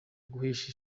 guhesha